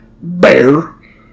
Bear